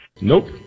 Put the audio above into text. Nope